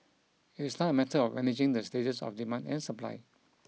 it is now a matter of managing the stages of demand and supply